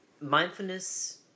mindfulness